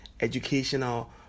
educational